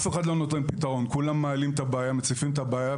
כולם מציפים את הבעיה,